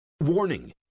Warning